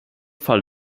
fall